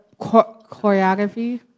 choreography